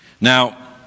Now